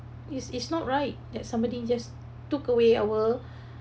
it's it's not right that somebody just took away our